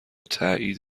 تایید